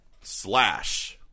Slash